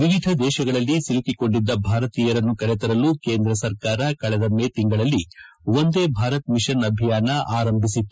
ವಿವಿಧ ದೇಶಗಳಲ್ಲಿ ಸಿಲುಕಿಕೊಂಡಿದ್ದ ಭಾರತೀಯರನ್ನು ಕರೆತರಲು ಕೇಂದ್ರ ಸರ್ಕಾರ ಕಳೆದ ಮೇ ತಿಂಗಳಲ್ಲಿ ವಂದೇ ಭಾರತ್ ಮಿಷನ್ ಅಭಿಯಾನ ಆರಂಭಿಸಿತ್ತು